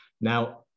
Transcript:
now